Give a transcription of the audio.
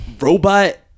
robot